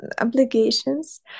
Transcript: obligations